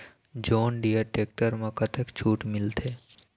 John Deere tractor म कतक छूट मिलथे?